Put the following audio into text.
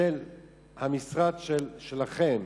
של המשרד שלכם,